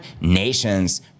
nations